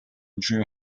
drew